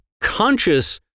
conscious